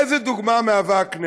איזו דוגמה מהווה הכנסת?